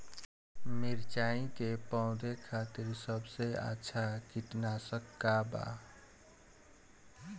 मिरचाई के पौधा खातिर सबसे अच्छा कीटनाशक का बा?